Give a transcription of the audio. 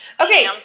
Okay